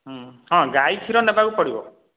ହଁ ଗାଈ କ୍ଷୀର ନେବାକୁ ପଡ଼ିବ